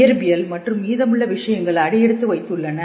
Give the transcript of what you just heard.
இயற்பியல் மற்றும் மீதமுள்ள விஷயங்கள் அடியெடுத்து வைத்துள்ளன